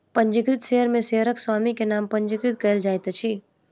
पंजीकृत शेयर में शेयरक स्वामी के नाम पंजीकृत कयल जाइत अछि